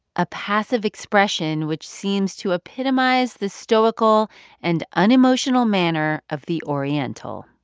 a passive expression, which seems to epitomize the stoical and unemotional manner of the oriental,